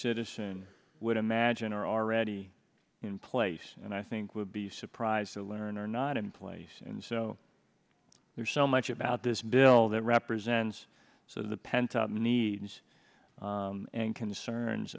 citizen would imagine are already in place and i think would be surprised to learn are not in place and so there's so much about this bill that represents so the pent up needs and concerns